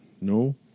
No